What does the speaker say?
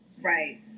right